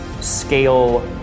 scale